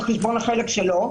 על חשבון החלק שלו,